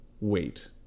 wait